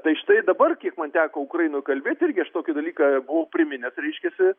tai štai dabar kiek man teko ukrainoj kalbėt irgi aš tokį dalyką buvau priminęs reiškiasi